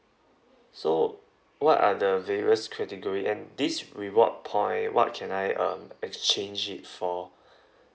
so what are the various category and this reward point what can I um exchange it for